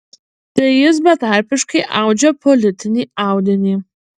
tai jis betarpiškai audžia politinį audinį